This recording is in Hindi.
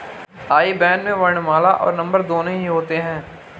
आई बैन में वर्णमाला और नंबर दोनों ही होते हैं